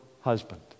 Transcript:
husband